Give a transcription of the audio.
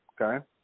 Okay